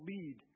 Lead